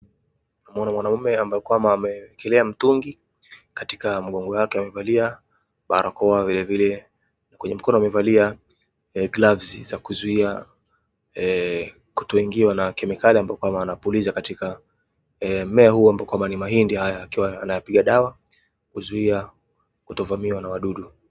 Tunamwona mwanaume ambaye kwamba amewekelea mtungi katika mgongo wake, amevalia barakoa vile vile kwenye mkono amevalia glavsi za kuzuia kutoingiwa na kemikali ambapo kwamba anapuliza katika mmea huu ambao kwamba ni mahindi haya akiwa anapiga dawa kuzuia kutovamiwa na wadudu.